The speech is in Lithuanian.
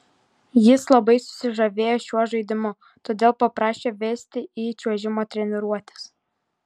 jis labai susižavėjo šiuo žaidimu todėl paprašė vesti į čiuožimo treniruotes